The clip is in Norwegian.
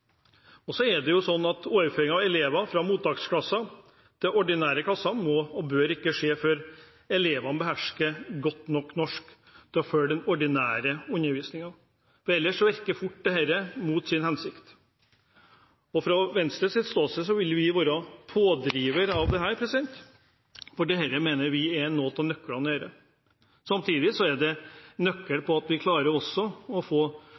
av elever fra mottaksklasser til ordinære klasser må ikke skje før elevene behersker godt nok norsk til å følge den ordinære undervisningen – ellers virker overføringen fort mot sin hensikt. Fra Venstres ståsted vil vi være en pådriver for dette, for dette mener vi er en nøkkel i dette arbeidet. Samtidig er det en nøkkel at vi klarer å få